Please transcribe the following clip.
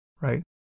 right